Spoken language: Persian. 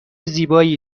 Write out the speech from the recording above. زیبایی